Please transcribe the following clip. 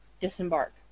disembark